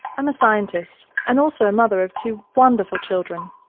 i'm a scientist and also a mother of two wonderful children,